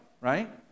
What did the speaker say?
right